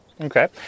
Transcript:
Okay